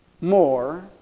More